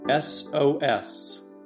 SOS